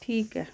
ਠੀਕ ਹੈ